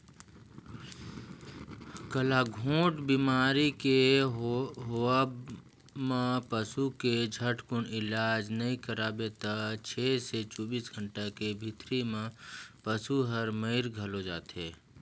गलाघोंट बेमारी के होवब म पसू के झटकुन इलाज नई कराबे त छै से चौबीस घंटा के भीतरी में पसु हर मइर घलो जाथे